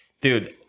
Dude